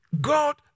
God